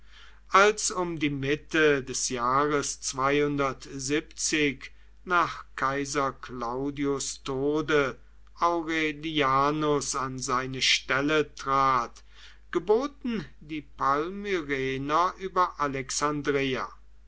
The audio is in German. als um die mitte des jahres nach kaiser claudius tode aurelianus an seine stelle trat geboten die palmyrener über alexandreia